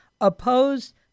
opposed